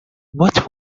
what